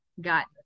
got